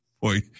Boy